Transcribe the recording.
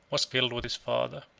was killed with his father.